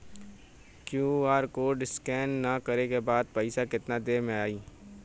QR code scan करे क बाद पइसा केतना देर म जाई?